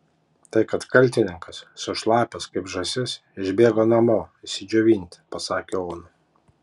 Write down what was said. tai kad kaltininkas sušlapęs kaip žąsis išbėgo namo išsidžiovinti pasakė ona